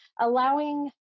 Allowing